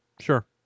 Sure